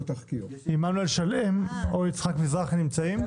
עמנואל שלם או ירון מזרחי נמצאים?